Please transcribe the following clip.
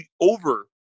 over